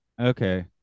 Okay